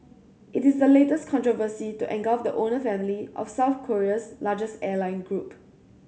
it is the latest controversy to engulf the owner family of South Korea's largest airline group